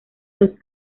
los